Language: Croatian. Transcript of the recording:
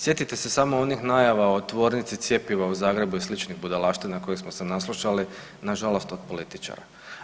Sjetite se samo onih najava o tvornici cjepiva u Zagrebu i sličnih budalaština kojih smo se naslušali, nažalost od političara.